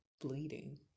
bleeding